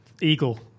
Eagle